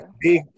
big